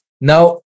now